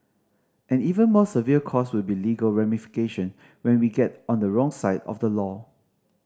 an even more severe cost will be legal ramification when we get on the wrong side of the law